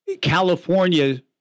California